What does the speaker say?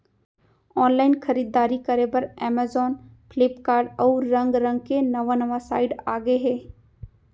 online खरीददारी करे बर अमेजॉन, फ्लिपकार्ट, अउ रंग रंग के नवा नवा साइट आगे हे